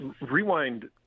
Rewind